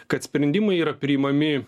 kad sprendimai yra priimami